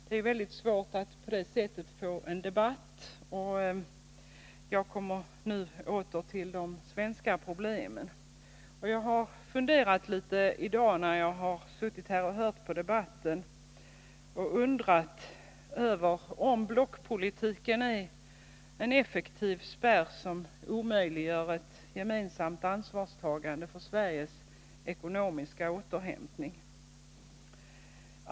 Det är svårt att på det sättet få en debatt, och jag kommer nu tillbaka till de svenska problemen. När jag i dag har lyssnat på debatten har jag undrat över om blockpolitiken är en effektiv spärr som omöjliggör ett gemensamt ansvarstagande för Sveriges ekonomiska återhämtning.